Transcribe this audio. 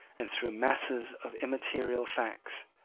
and through masses of immaterial facts,